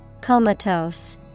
comatose